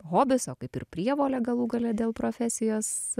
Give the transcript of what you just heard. hobis o kaip ir prievolė galų gale dėl profesijos